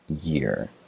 year